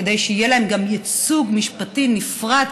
כדי שיהיה להם גם ייצוג משפטי נפרד,